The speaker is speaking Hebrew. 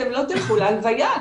אתם לא תלכו ללוויה.